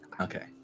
Okay